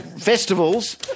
festivals